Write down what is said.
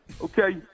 okay